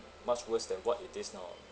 much worse than what it is now ah